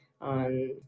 on